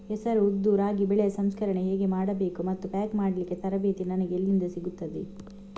ಹೆಸರು, ಉದ್ದು, ರಾಗಿ ಬೆಳೆಯ ಸಂಸ್ಕರಣೆ ಹೇಗೆ ಮಾಡಬೇಕು ಮತ್ತು ಪ್ಯಾಕ್ ಮಾಡಲಿಕ್ಕೆ ತರಬೇತಿ ನನಗೆ ಎಲ್ಲಿಂದ ಸಿಗುತ್ತದೆ?